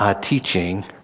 teaching